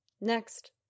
Next